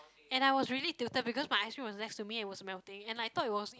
and I was really tilted because my ice cream was next to me and it was melting and I thought it was